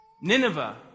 Nineveh